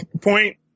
point